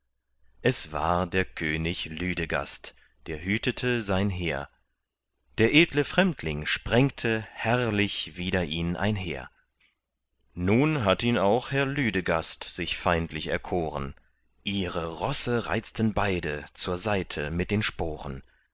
es war der könig lüdegast der hütete sein heer der edle fremdling sprengte herrlich wider ihn einher nun hat auch ihn herr lüdegast sich feindlich erkoren ihre rosse reizten beide zur seite mit den sporen